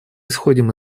исходим